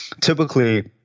typically